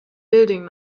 building